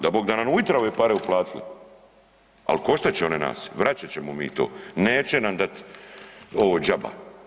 Da bog da nam ujutro ove pare uplatili ali koštat će one nas, vraćat ćemo mi to, neće nam dat ovo džaba.